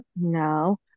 No